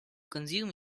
consume